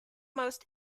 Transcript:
most